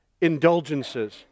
indulgences